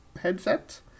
headset